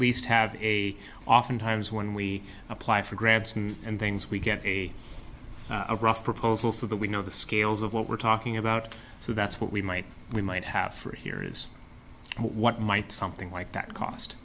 least have a oftentimes when we apply for grants and things we can a rough proposal so that we know the scales of what we're talking about so that's what we might we might have for here is what might something like that